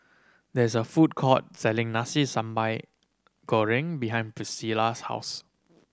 there is a food court selling Nasi Sambal Goreng behind Pricilla's house